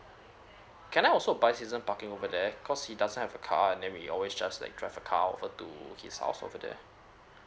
can I also buy season parking over there cause he does have a car then we always just like drive a car over to his house over there